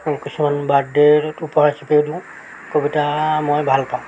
কিছুমান বাৰ্থডে উপহাৰ হিচাপেয়ো দিওঁ কবিতা মই ভালপাওঁ